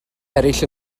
eraill